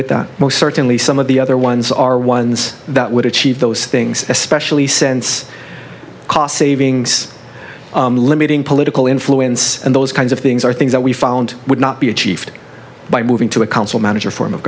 with most certainly some of the other ones are ones that would achieve those things especially sense cost savings limiting political influence and those kinds of things are things that we found would not be achieved by moving to a council manager form of